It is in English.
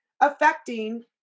affecting